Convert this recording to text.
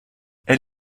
elle